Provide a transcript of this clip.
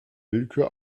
willkür